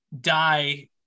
die